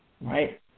right